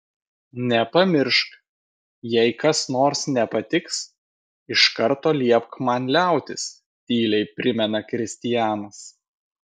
nepamiršk jei kas nors nepatiks iš karto liepk man liautis tyliai primena kristianas